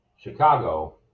Chicago